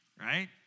right